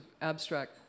abstract